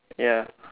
ya